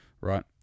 right